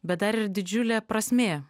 bet dar ir didžiulė prasmė